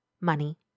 Money